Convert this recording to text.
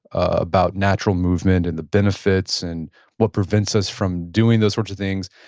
about natural movement and the benefits and what prevents us from doing those sots of things.